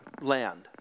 land